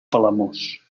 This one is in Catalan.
palamós